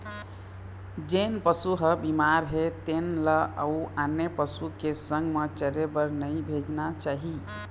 जेन पशु ह बिमार हे तेन ल अउ आने पशु के संग म चरे बर नइ भेजना चाही